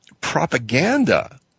propaganda